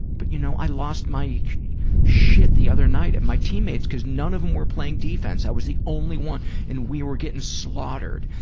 but you know, i lost my yeah shit the other night at my team mates because none of them were playing defense. i was the only one and we were gettin' slaughtered.